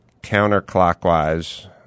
counterclockwise